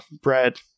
bread